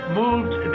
moved